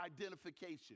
identification